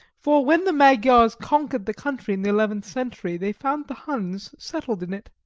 for when the magyars conquered the country in the eleventh century they found the huns settled in it.